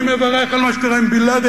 אני מברך על מה שקרה עם בן-לאדן,